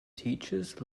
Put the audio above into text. teachers